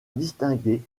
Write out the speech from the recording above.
distinguer